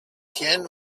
tien